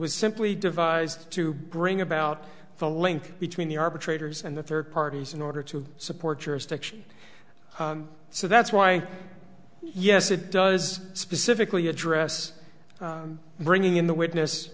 was simply devised to bring about the link between the arbitrator's and the third parties in order to support your stiction so that's why yes it does specifically address bringing in the witness